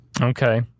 okay